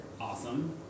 Awesome